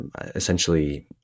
essentially